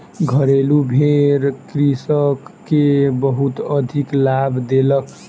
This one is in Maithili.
घरेलु भेड़ कृषक के बहुत अधिक लाभ देलक